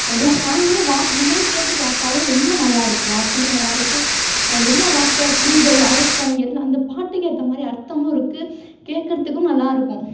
எல்லா சாங்மே வார் நம்மளே கேட்டுப் பார்த்தாலே ரொம்ப நல்லாயிருக்கு வார்த்தையும் நல்லா இருக்குது என்ன வார்த்தை புரிதல் அர்த்தம் எல்லாம் அந்த பாட்டுக்கு ஏற்ற மாரி அர்த்தமும் இருக்குது கேட்குறதுக்கும் நல்லா இருக்கும்